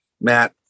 Matt